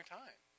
time